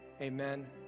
amen